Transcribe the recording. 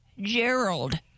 Gerald